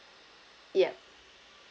ya